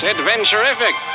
Adventurific